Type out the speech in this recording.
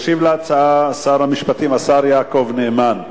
ישיב על ההצעה שר המשפטים, השר יעקב נאמן.